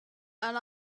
and